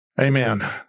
Amen